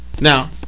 Now